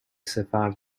survived